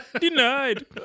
Denied